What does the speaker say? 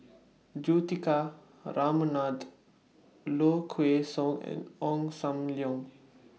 Juthika Ramanathan Low Kway Song and Ong SAM Leong